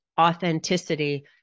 authenticity